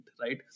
right